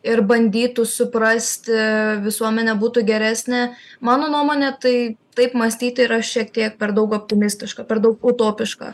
ir bandytų suprasti visuomenė būtų geresnė mano nuomone tai taip mąstyti yra šiek tiek per daug optimistiška per daug utopiška